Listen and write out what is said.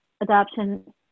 adoption